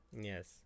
yes